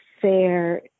fair